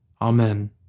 Amen